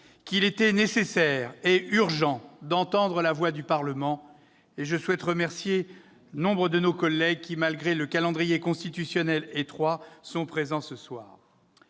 qu'il était nécessaire et urgent d'entendre la voix du Parlement. À ce titre, je remercie nos nombreux collègues, qui, malgré un calendrier constitutionnel étroit, sont présents cet